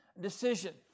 decision